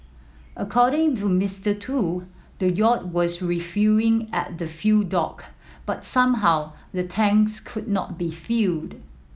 according to Mister Tu the yacht was refuelling at the fuel dock but somehow the tanks could not be filled